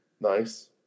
Nice